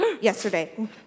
Yesterday